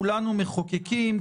כולנו מחוקקים,